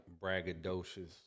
braggadocious